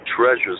treasures